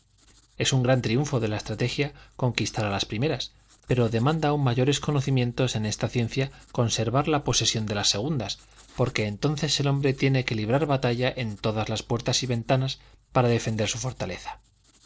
es un gran triunfo de la estrategia conquistar a las primeras pero demanda aun mayores conocimientos en esta ciencia conservar la posesión de las segundas porque entonces el hombre tiene que librar batalla en todas las puertas y ventanas para defender su fortaleza